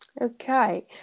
Okay